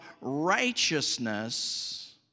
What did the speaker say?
righteousness